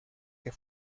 que